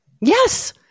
Yes